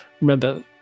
remember